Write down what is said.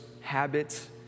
habits